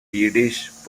yiddish